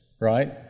right